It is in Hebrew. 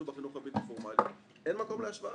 בחינוך הבלתי-פורמלי ואין מקום להשוואה.